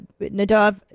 Nadav